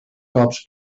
cops